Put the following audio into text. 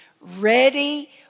ready